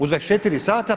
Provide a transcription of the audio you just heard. U 24 sata.